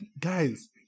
Guys